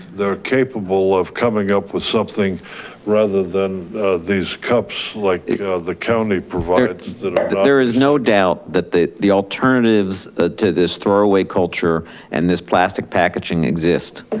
they're capable of coming up with something rather than these cups like the county provide so instead of there is no doubt that the the alternatives to this throw away culture and this plastic packaging exist.